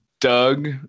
Doug